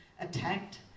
attacked